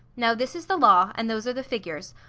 now this is the law, and those are the figures,